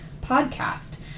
podcast